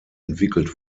entwickelt